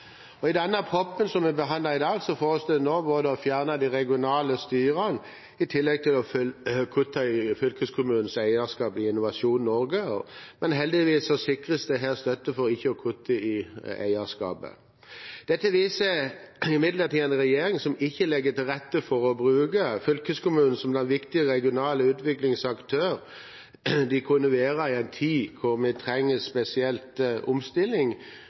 hørt, har denne regjeringen de seneste tre årene foreslått kutt på 500 mill. kr i de regionale utviklingsmidlene som fylkeskommunene rår over. I den proposisjonen vi behandler i dag, foreslås det å fjerne de regionale styrene i tillegg til å kutte i fylkeskommunenes eierskap i Innovasjon Norge. Men heldigvis sikres det her støtte for ikke å kutte i eierskapet. Dette viser imidlertid en regjering som ikke legger til rette for å bruke fylkeskommunene som de viktige regionale utviklingsaktørene de kunne vært i en tid